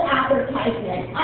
advertisement